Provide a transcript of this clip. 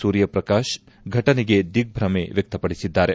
ಸೂರ್ಯಪ್ರಕಾಶ್ ಫಟನೆಗೆ ದಿಗ್ದಮೆ ವ್ಯಕ್ತಪಡಿಸಿದ್ದಾರೆ